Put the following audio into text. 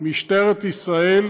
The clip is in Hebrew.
משטרת ישראל.